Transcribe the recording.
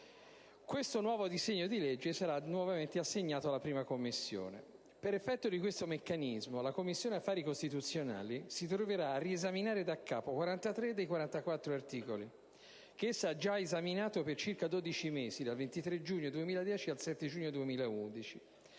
che il nuovo disegno di legge sarà nuovamente assegnato alla 1a Commissione. Per effetto di questo meccanismo, la Commissione affari costituzionali si troverà a riesaminare daccapo 43 dei 44 articoli che essa ha già esaminato per circa 12 mesi (dal 23 giugno 2010 al 7 giugno 2011),